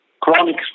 Chronic